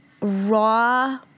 raw